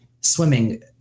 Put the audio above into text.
swimming